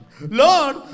Lord